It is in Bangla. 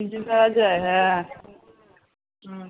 কী যে করা যায় হ্যাঁ হুম